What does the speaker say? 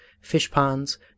fish-ponds